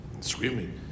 Screaming